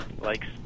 likes